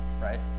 right